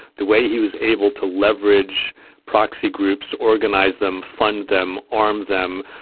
the way he was able to leverage proxy groups, organize them, fund them, arm them.